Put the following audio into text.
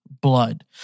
blood